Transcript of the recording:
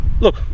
look